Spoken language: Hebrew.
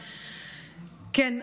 כן,